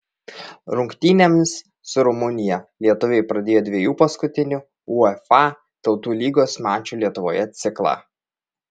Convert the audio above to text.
rungtynėmis su rumunija lietuviai pradėjo dviejų paskutinių uefa tautų lygos mačų lietuvoje ciklą